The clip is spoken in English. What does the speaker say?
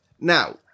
Now